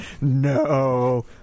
No